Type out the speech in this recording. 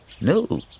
No